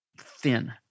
thin